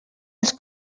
els